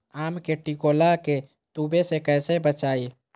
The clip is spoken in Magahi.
आम के टिकोला के तुवे से कैसे बचाई?